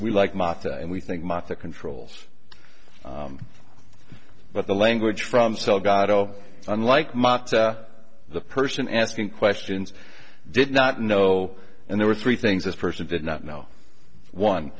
we like math and we think that controls but the language from salgado unlike mot the person asking questions did not know and there were three things this person did not know one